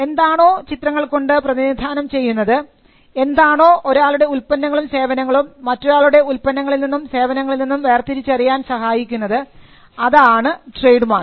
എന്താണോ ചിത്രങ്ങൾകൊണ്ട് പ്രതിനിധാനം ചെയ്യുന്നത് എന്താണോ ഒരാളുടെ ഉൽപ്പന്നങ്ങളും സേവനങ്ങളും മറ്റൊരാളുടെ ഉൽപ്പന്നങ്ങളിൽ നിന്നും സേവനങ്ങളിൽ നിന്നും വേർതിരിച്ചറിയാൻ സഹായിക്കുന്നത് അതാണ് ട്രേഡ് മാർക്ക്